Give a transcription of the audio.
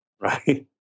right